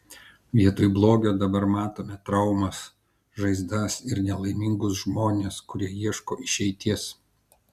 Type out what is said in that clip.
vietoj blogio dabar matome traumas žaizdas ir nelaimingus žmones kurie ieško išeities